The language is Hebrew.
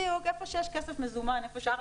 איפה שיש כסף מזומן, איפה שיש מטבעות.